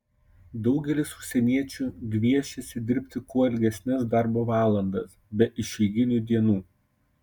daugelis užsieniečių gviešiasi dirbti kuo ilgesnes darbo valandas be išeiginių dienų